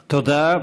תודה.